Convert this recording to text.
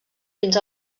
fins